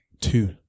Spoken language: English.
two